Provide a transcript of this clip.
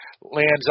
lands